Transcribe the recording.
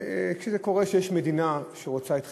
כשזה קורה במדינה שרוצה את חיסולנו,